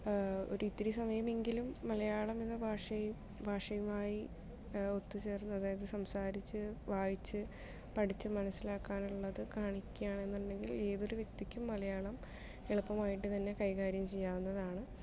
ഒരു ഇത്തിരി സമയമെങ്കിലും മലയാളം എന്ന ഭാഷയിൽ ഭാഷയുമായി ഒത്തുചേർന്ന് അതായത് സംസാരിച്ച് വായിച്ച് പഠിച്ച് മനസ്സിലാക്കാനുള്ള ഇത് കാണിക്കുകയാണെന്ന് ഉണ്ടെങ്കിൽ ഏതൊരു വ്യക്തിക്കും മലയാളം എളുപ്പമായിട്ട് തന്നെ കൈകാര്യം ചെയ്യാവുന്നതാണ്